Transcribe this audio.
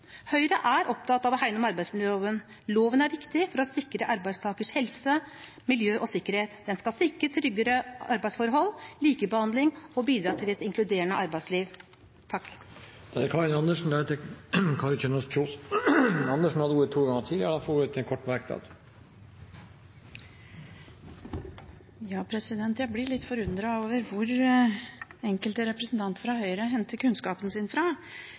Høyre er opptatt av å hegne om arbeidsmiljøloven. Loven er viktig for å sikre arbeidstakernes helse, miljø og sikkerhet. Den skal sikre tryggere arbeidsforhold, likebehandling og bidra til et inkluderende arbeidsliv. Representanten Karin Andersen har hatt ordet to ganger tidligere og får ordet til en kort merknad, begrenset til 1 minutt. Jeg blir litt forundret over hvor enkelte representanter fra Høyre henter kunnskapen fra.